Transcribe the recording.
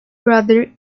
brother